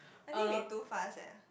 I think we too fast leh